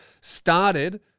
started